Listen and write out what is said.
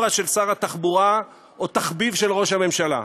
של שר התחבורה או תחביב של ראש הממשלה.